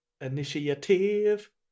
Initiative